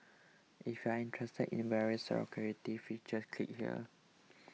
if you're interested in various security features click here